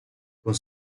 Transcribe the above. con